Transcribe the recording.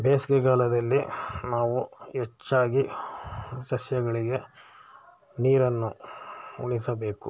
ಬೇಸಿಗೆಗಾಲದಲ್ಲಿ ನಾವು ಹೆಚ್ಚಾಗಿ ಸಸ್ಯಗಳಿಗೆ ನೀರನ್ನು ಉಣಿಸಬೇಕು